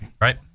Right